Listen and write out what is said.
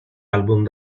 album